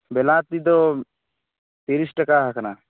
ᱵᱤᱞᱟᱹᱛᱤ ᱫᱚ ᱛᱤᱨᱤᱥ ᱴᱟᱠᱟ ᱟᱠᱟᱱᱟ